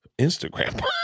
instagram